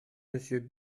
monsieur